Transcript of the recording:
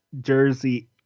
jersey